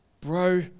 bro